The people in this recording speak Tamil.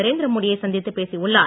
நரேந்திரமோடியை சந்தித்துப் பேசியுள்ளார்